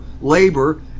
labor